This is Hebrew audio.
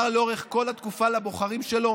לאורך כל התקופה הוא אמר לבוחרים שלו: